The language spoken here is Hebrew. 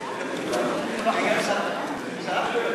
מצביעים היום?